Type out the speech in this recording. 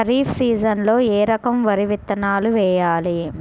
ఖరీఫ్ సీజన్లో ఏ రకం వరి విత్తనాలు వేయాలి?